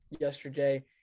yesterday